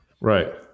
Right